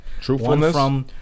Truthfulness